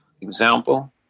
example